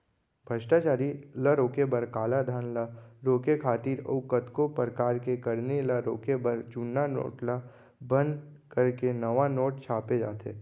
भस्टाचारी ल रोके बर, कालाधन ल रोके खातिर अउ कतको परकार के करनी ल रोके बर जुन्ना नोट ल बंद करके नवा नोट छापे जाथे